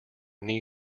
knee